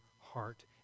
heart